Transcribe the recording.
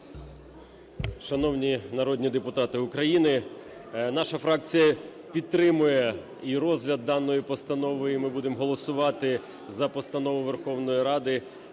Шановні народні депутати України, наша фракція підтримує і розгляд даної постанови, і ми будемо голосувати за Постанову Верховної Ради